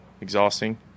exhausting